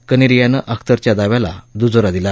कनेरियानं अख्तरच्या दाव्याला द्रजोरा दिला